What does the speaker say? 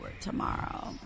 Tomorrow